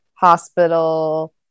hospital